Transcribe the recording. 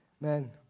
Man